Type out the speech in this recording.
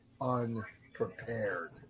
unprepared